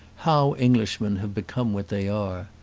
how englishmen have become what they are.